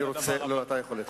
אז איך אומרים